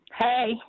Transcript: Hey